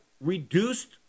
reduced